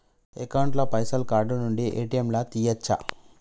Account ల పైసల్ card నుండి ఏ.టి.ఎమ్ లా తియ్యచ్చా?